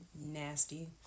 Nasty